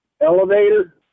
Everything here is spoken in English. elevator